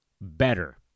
better